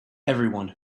everyone